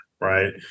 right